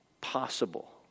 possible